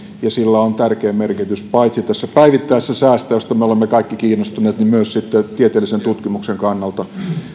ja sillä on tärkeä merkitys paitsi tässä päivittäisessä säässä mistä me olemme kaikki kiinnostuneet myös sitten tieteellisen tutkimuksen kannalta